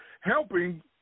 helping